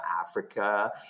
Africa